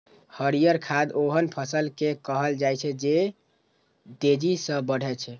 हरियर खाद ओहन फसल कें कहल जाइ छै, जे तेजी सं बढ़ै छै